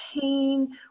pain